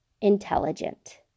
intelligent